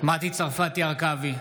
מטי צרפתי הרכבי,